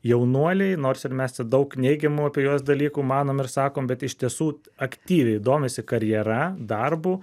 jaunuoliai nors ir mes čia daug neigiamų apie juos dalykų manom ir sakom bet iš tiesų aktyviai domisi karjera darbu